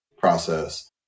process